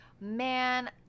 Man